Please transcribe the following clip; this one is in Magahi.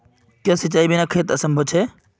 क्याँ सिंचाईर बिना खेत असंभव छै?